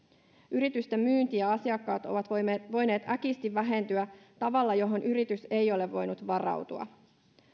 yritysten myynti ja asiakkaat ovat voineet voineet äkisti vähentyä tavalla johon yritys ei ole voinut varautua